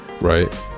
right